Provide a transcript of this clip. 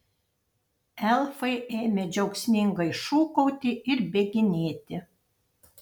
elfai ėmė džiaugsmingai šūkauti ir bėginėti